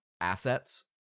assets